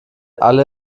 alle